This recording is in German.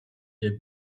der